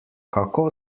kako